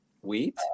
wheat